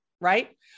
right